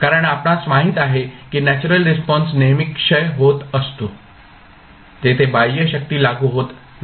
कारण आपणास माहित आहे की नॅचरल रिस्पॉन्स नेहमीच क्षय होत असतो तेथे बाह्य शक्ती लागू होत नाही